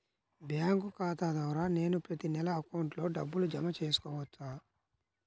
Bank ఖాతా ద్వారా నేను ప్రతి నెల అకౌంట్లో డబ్బులు జమ చేసుకోవచ్చా?